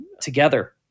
together